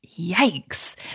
Yikes